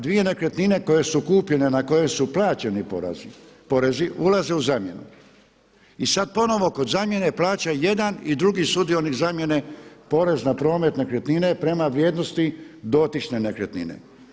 Dvije nekretnine koje su kupljene, na koje su plaćeni porezi ulaze u zamjenu i sad ponovno kod zamjene plaća jedan i drugi sudionik zamjene porez na promet nekretnine prema vrijednosti dotične nekretnine.